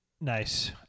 Nice